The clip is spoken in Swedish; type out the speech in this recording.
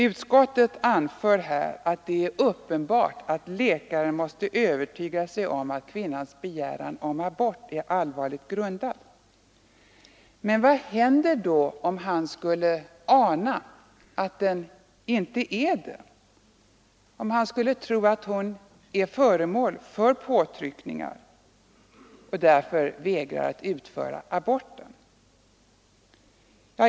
Utskottet anför att det är uppenbart att läkaren måste övertyga sig om att kvinnans begäran om abort är allvarligt grundad. Men vad händer då om han skulle ana att den inte är det, om han skulle tro att hon är föremål för påtryckningar och han därför vägrar att utföra aborten?